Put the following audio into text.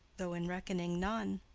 though in reck'ning none.